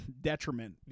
detriment